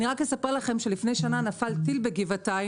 אני רק אספר לכם שלפני שנה נפל טיל בגבעתיים,